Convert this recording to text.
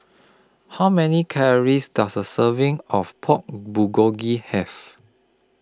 How Many Calories Does A Serving of Pork Bulgogi Have